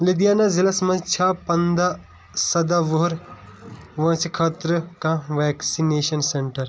لُدھیانہ ضلعس مَنٛز چھا پنٛداہ سداہ وُہُر وٲنٛسہِ خٲطرٕ کانٛہہ ویکسِنیشن سینٹر ؟